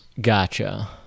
Gotcha